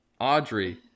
Audrey